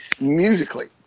musically